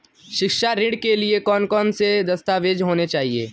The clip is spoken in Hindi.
शिक्षा ऋण के लिए कौन कौन से दस्तावेज होने चाहिए?